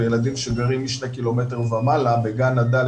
וילדים שגרים משני קילומטר ומעלה מגן עד ד',